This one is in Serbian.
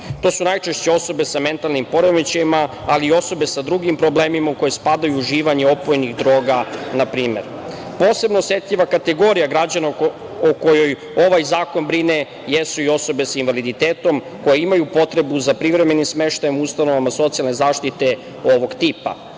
To su najčešće osobe sa mentalnim poremećajima, ali i osobe sa drugim problemima u koje spadaju uživanje opojnih droga na primer. Posebno osetljiva kategorija građana o kojoj ovaj zakon brine jesu i osobe sa invaliditetom, koje imaju potrebu za privremenim smeštajem u ustanovama socijalne zaštite ovog tipa.